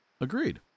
Agreed